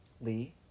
Lee